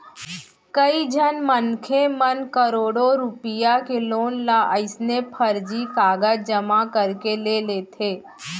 कइझन मनखे मन करोड़ो रूपिया के लोन ल अइसने फरजी कागज जमा करके ले लेथे